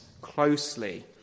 closely